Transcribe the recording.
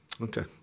Okay